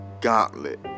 gauntlet